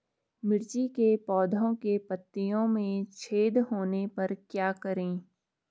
मिर्ची के पौधों के पत्तियों में छेद होने पर क्या करें?